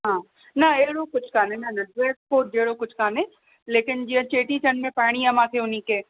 हा न अहिड़ो कुझु कान्हे न न जेको जहिड़ो कुझु कान्हे लेकिन जीअं चेटीचंड में पाइणी आहे मूंखे उन्हीअ खे